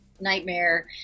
Nightmare